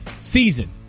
season